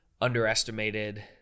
underestimated